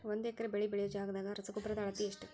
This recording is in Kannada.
ಒಂದ್ ಎಕರೆ ಬೆಳೆ ಬೆಳಿಯೋ ಜಗದಾಗ ರಸಗೊಬ್ಬರದ ಅಳತಿ ಎಷ್ಟು?